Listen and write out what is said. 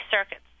circuits